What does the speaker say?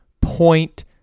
point